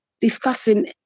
discussing